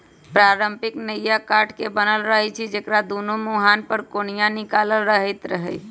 पारंपरिक नइया काठ के बनल रहै छइ जेकरा दुनो मूहान पर कोनिया निकालल रहैत हइ